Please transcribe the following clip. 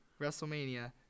WrestleMania